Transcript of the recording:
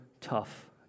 tough